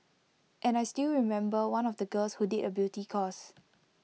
and I still remember one of the girls who did A beauty course